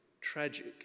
tragic